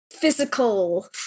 physical